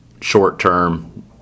short-term